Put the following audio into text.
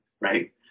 right